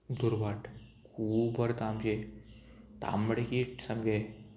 दुर्बाट खूब बरे तामशे तांबडे कीट सामके